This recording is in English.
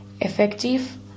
effective